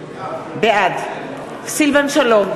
בעד סילבן שלום,